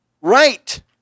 right